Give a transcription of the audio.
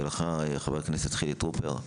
חילי טרופר.